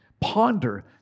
ponder